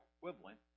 equivalent